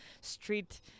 street